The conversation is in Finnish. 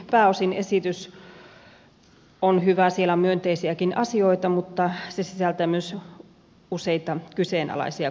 pääosin esitys on hyvä siellä on myönteisiäkin asioita mutta se sisältää myös useita kyseenalaisia kohtia